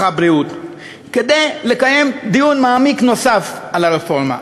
הרווחה והבריאות כדי לקיים דיון מעמיק נוסף על הרפורמה.